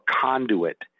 conduit